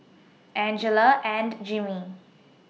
Angela and Jimmy